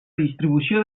distribució